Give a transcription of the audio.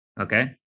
Okay